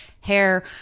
hair